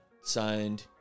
signed